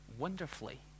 wonderfully